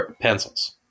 pencils